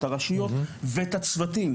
את הרשויות ואת הצוותים.